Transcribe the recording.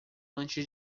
antes